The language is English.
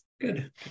Good